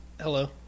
hello